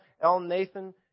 El-Nathan